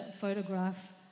photograph